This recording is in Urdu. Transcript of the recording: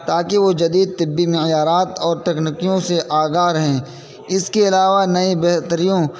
تاکہ وہ جدید طبی معیارات اور تکنیکیوں سے آگاہ رہیں اس کے علاوہ نئے بہتریوں